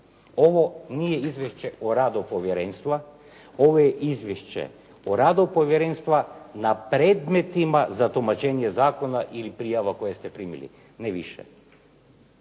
Ovo nije izvješće o radu povjerenstva, ovo je izvješće o radu povjerenstva nad predmetima za tumačenje zakona ili prijava koje ste primili. Ne više.